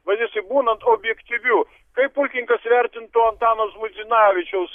vadinasi būnant objektyviu kaip pulkininkas įvertintų antano žmuidzinavičiaus